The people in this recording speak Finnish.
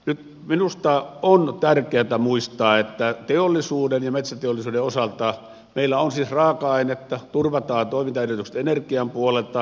nyt minusta on tärkeätä muistaa että teollisuuden ja metsäteollisuuden osalta meillä on siis raaka ainetta turvataan toimintaedellytykset energian puolelta